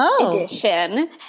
edition